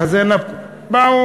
חזה נפוח.